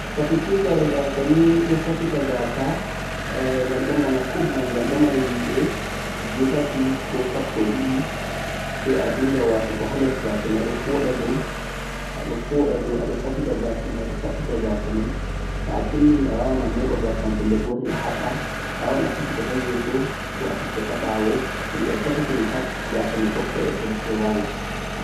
safitigar ghas nie don safita ghasa ghaldon baana kum mei ghal don mari yi'e joe tati ko sappo e didi sai dingha watoogo haa less ghasa mei don foodha doo adon safita ghasa mei toh a timmini a waawan a mooba ghasa pelle gotel habbaa a waawan a saffita taa yesoo ko saffita toh baawo yi toh saffitri pad ghasa mei tokkai dhaddhum sai waala